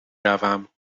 روم